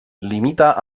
limita